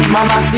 Mama